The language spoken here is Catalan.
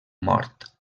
mort